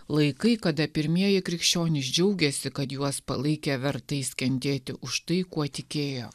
laikai kada pirmieji krikščionys džiaugėsi kad juos palaikė vertais kentėti už tai kuo tikėjo